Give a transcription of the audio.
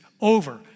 over